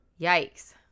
Yikes